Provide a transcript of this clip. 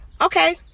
Okay